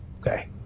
Okay